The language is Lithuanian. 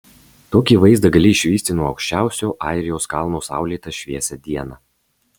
tokį vaizdą gali išvysti nuo aukščiausio airijos kalno saulėtą šviesią dieną